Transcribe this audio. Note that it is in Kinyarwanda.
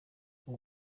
uwo